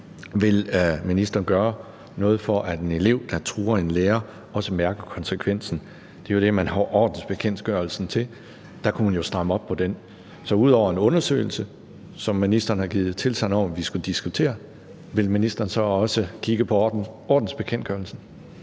vil ministeren gøre noget for, at en elev, der truer en lærer, også mærker konsekvensen? Det er jo det, man har ordensbekendtgørelsen til; den kunne man jo stramme op på der. Så ud over en undersøgelse, som ministeren har givet tilsagn om at vi skal diskutere, vil ministeren så også kigge på ordensbekendtgørelsen?